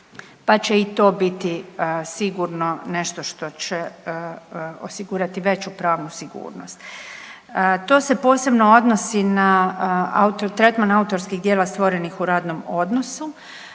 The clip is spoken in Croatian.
pa će i to biti sigurno nešto što će osigurati veću pravnu sigurnost. To se posebno odnosi na tretman autorskih djela stvorenih u radnom odnosu